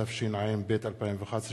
התשע"ב 2011,